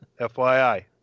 FYI